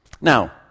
Now